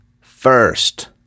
First